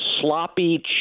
sloppy